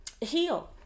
heal